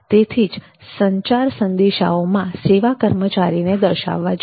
તેથી જ સંચાર સંદેશાઓમાં સેવા કર્મચારીને દર્શાવવા જોઈએ